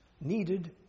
needed